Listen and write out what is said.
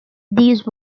these